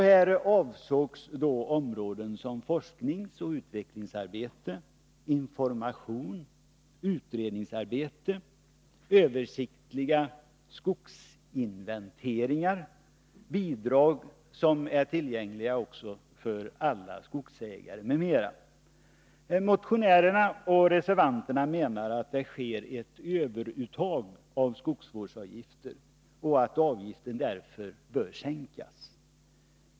Här avsågs områden som forskningsoch utvecklingsarbete, information, utredningsarbete, översiktliga skogsbruksinventeringar, bidrag som skulle vara tillgängliga också för alla skogsägare, m.m. Motionärerna och reservanterna menar att det sker ett överuttag av skogsvårdsavgifter och att avgiften därför bör sänkas.